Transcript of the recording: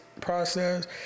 process